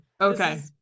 Okay